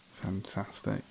Fantastic